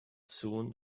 soon